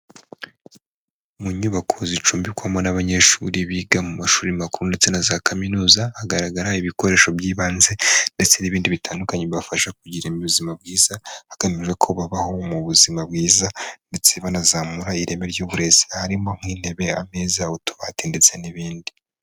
Mu nyubako zicumbikwamo n'abanyeshuri biga mu mashuri makuru ndetse na za kaminuza, hagaragara ibikoresho by'ibanze, ndetse n'ibindi bitandukanye bibafasha kugira ubuzima bwiza, hagamijwe ko babaho mu buzima bwiza ndetse banazamura ireme ry'uburezi. Harimo nk'intebe, ameza, utubati ndetse n'ibindi.